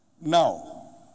Now